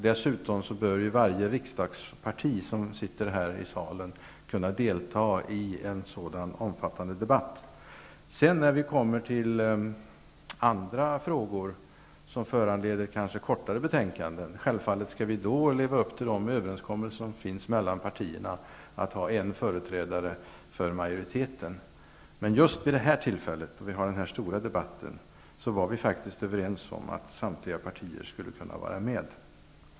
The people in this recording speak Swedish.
Dessutom bör varje riksdagsparti kunna delta i en sådan omfattande debatt. När vi kommer till andra frågor, som föranleder kortare betänkanden skall vi självfallet leva upp till de överenskommelser som finns mellan partierna om att ha endast en förträdare för majoriteten. Men just vid det här tillfället och inför denna stora debatt var vi faktiskt överens om att samtliga partier skulle kunna vara med.